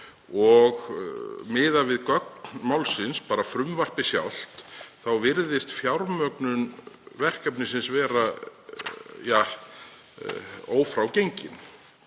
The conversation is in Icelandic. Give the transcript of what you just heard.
Miðað við gögn málsins, bara frumvarpið sjálft, þá virðist fjármögnun verkefnisins vera ófrágengin.